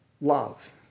love